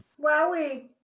Wowie